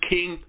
King